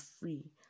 free